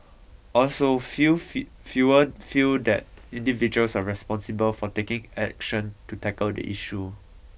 also few fewer feel that individuals are responsible for taking action to tackle the issue